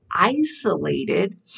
isolated